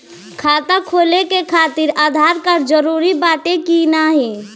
खाता खोले काहतिर आधार कार्ड जरूरी बाटे कि नाहीं?